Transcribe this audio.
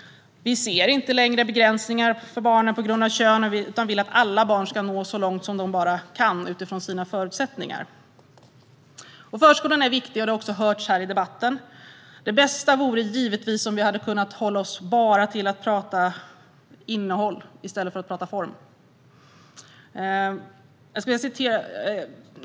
Vi ser inte längre begränsningar för barnen på grund av kön utan vill att alla barn ska nå så långt de bara kan utifrån sina förutsättningar. Förskolan är viktig, och det har också hörts i debatten i dag. Det bästa vore givetvis om vi kunde hålla oss till att prata innehåll i stället för form.